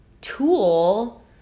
tool